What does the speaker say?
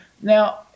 now